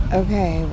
okay